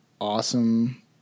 awesome